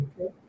Okay